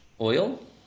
oil